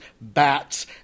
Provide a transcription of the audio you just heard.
bats